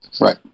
right